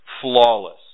flawless